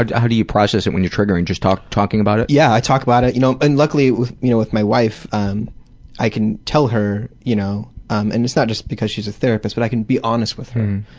and how do you process it when you're triggering, just talking about it? yeah, i talk about it. you know and luckily, with you know with my wife um i can tell her, you know um and it's not just because she's a therapist but i can be honest with her,